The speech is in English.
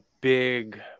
big